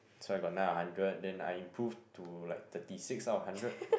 so I got nine out of hundred then I improve to like thirty six out of hundred